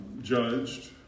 judged